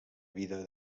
vida